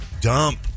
Dump